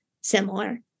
similar